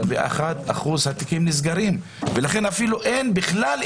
אפילו הנתונים של מערכת הביטחון מדברים על עליה של